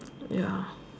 ya